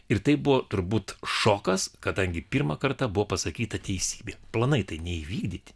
ir tai buvo turbūt šokas kadangi pirmą kartą buvo pasakyta teisybė planai tai neįvykdyti